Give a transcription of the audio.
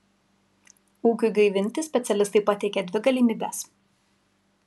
ūkiui gaivinti specialistai pateikia dvi galimybes